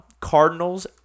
Cardinals